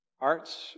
arts